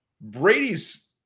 Brady's